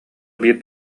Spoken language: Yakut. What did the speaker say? биир